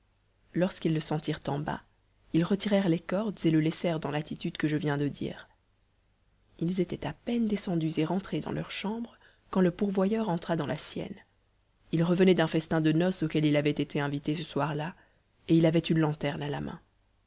lorsqu'ils le sentirent en bas ils retirèrent les cordes et le laissèrent dans l'attitude que je viens de dire ils étaient à peine descendus et rentrés dans leur chambre quand le pourvoyeur entra dans la sienne il revenait d'un festin de noces auquel il avait été invité ce soir-là et il avait une lanterne à la main